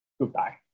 Goodbye